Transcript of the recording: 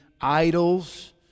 idols